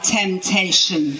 temptation